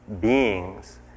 beings